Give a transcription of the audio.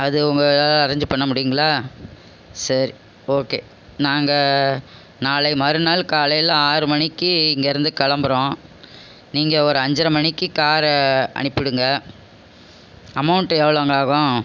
அது உங்களால் அரேஞ் பண்ண முடியுங்களா சரி ஒகே நாங்கள் நாளை மறுநாள் காலையில ஆறு மணிக்கு இங்கேருந்து கிளம்புறோம் நீங்கள் ஒரு அஞ்சரை மணிக்கு காரை அனுப்பிவிடுங்க அமௌண்ட் எவ்வளோங்க ஆகும்